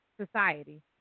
society